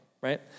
right